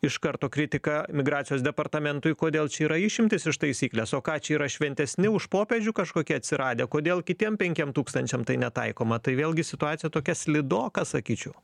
iš karto kritika migracijos departamentui kodėl čia yra išimtys iš taisyklės o ką čia yra šventesni už popiežių kažkokie atsiradę kodėl kitiem penkiem tūkstančiam tai netaikoma tai vėlgi situacija tokia slidoka sakyčiau